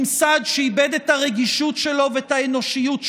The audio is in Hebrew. ממסד שאיבד את הרגישות שלו ואת האנושיות שלו,